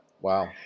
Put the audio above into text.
Wow